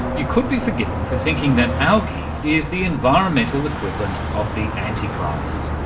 you could be forgiven for thinking that algae is the environmental equivalent of the anti-christ,